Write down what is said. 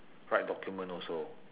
write document also